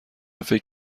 فکر